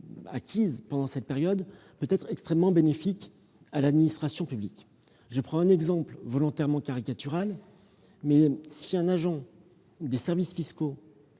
acquise pendant cette période peut être extrêmement bénéfique à l'administration publique. Je prends un exemple volontairement caricatural : si un agent des services fiscaux